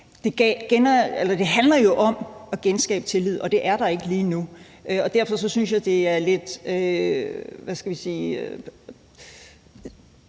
Det handler jo om at genskabe tillid, og det er der ikke lige nu. Derfor synes jeg, det er lidt